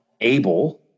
able